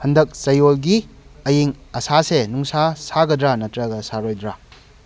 ꯍꯟꯗꯛ ꯆꯌꯣꯜꯒꯤ ꯑꯌꯤꯡ ꯑꯁꯥꯁꯦ ꯅꯨꯡꯁꯥ ꯁꯥꯒꯗ꯭ꯔꯥ ꯅꯠꯇ꯭ꯔꯒ ꯁꯥꯔꯣꯏꯗ꯭ꯔꯥ